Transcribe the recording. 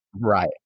Right